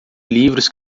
livros